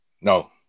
No